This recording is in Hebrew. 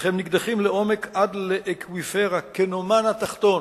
אך הם נקדחים לעומק, עד לאקוויפר הקנומן התחתון,